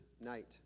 night